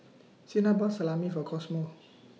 Cena bought Salami For Cosmo